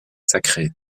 sacré